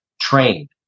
trained